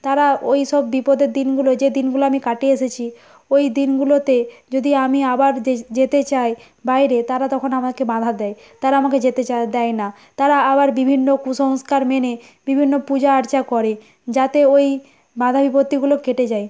তারা ওই সব বিপদের দিনগুলো যে দিনগুলো আমি কাটিয়ে এসেছি ওই দিনগুলোতে যদি আমি আবার যেতে চাই বাইরে তারা তখন আমাকে বাধা দেয় তারা আমাকে যেতে দেয় না তারা আবার বিভিন্ন কুসংস্কার মেনে বিভিন্ন পূজা আর্চা করে যাতে ওই বাধা বিপত্তিগুলো কেটে যায়